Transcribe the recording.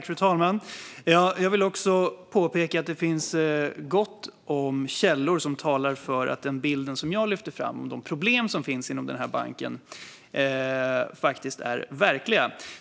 Fru talman! Låt mig påpeka att det finns gott om källor som talar för att den bild som jag lyfter fram och de problem som finns inom denna bank är verkliga.